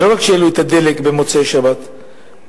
שלא העלו את מחיר הדלק במוצאי-שבת, פתאום.